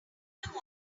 copy